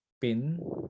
PIN